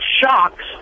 shocks